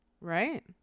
Right